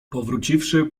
powróciwszy